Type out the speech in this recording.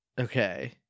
Okay